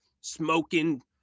smoking